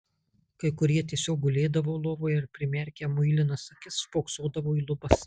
kai kurie tiesiog gulėdavo lovoje ir primerkę muilinas akis spoksodavo į lubas